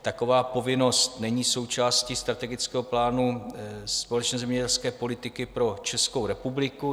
Taková povinnost není součástí strategického plánu společné zemědělské politiky pro Českou republiku.